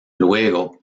luego